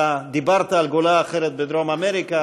אתה דיברת על גולה אחרת בדרום אמריקה,